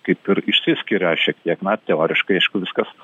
kaip ir išsiskiria šiek tiek na teoriškai aišku viskas